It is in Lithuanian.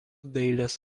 dailės